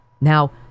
Now